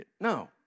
No